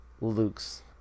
Luke's